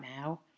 now